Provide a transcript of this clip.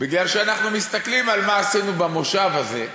בגלל שאנחנו מסתכלים על מה שעשינו במושב הזה,